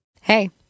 Hey